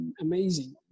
amazing